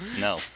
No